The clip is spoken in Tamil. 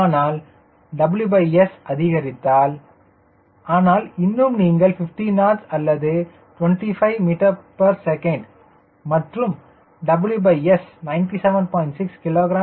ஆனால் WS அதிகரித்தால் ஆனால் இன்னும் நீங்கள் 50 knots அல்லது 25 ms மற்றும் WS 97